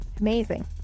Amazing